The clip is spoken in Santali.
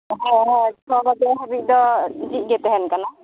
ᱦᱮᱸ ᱦᱮᱸ ᱪᱷᱚ ᱵᱟᱡᱮ ᱦᱟᱹᱵᱤᱡ ᱫᱚ ᱡᱷᱤᱡ ᱜᱮ ᱛᱟᱦᱮᱱ ᱠᱟᱱᱟ